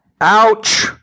Ouch